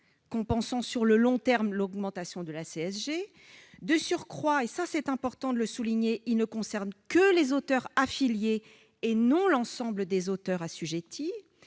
compensant sur le long terme l'augmentation de la CSG. De surcroît- il est important de le souligner -, il ne concerne que les auteurs affiliés, et non l'ensemble des auteurs assujettis.